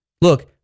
Look